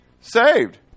saved